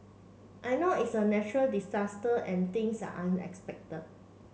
I know it's a natural disaster and things are unexpected